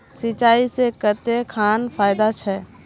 सिंचाई से कते खान फायदा छै?